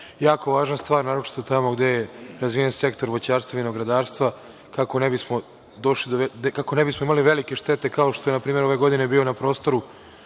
Jako važna stvar, naročito tamo gde je razvijen sektor voćarstva i vinogradarstva, kako ne bismo imali velike štete, kao što je npr. ove godine bio na prostoru